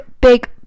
big